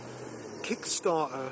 Kickstarter